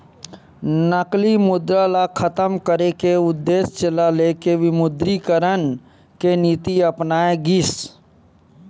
नकली मुद्रा ल खतम करे के उद्देश्य ल लेके विमुद्रीकरन के नीति अपनाए गिस